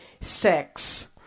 sex